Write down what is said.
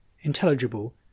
intelligible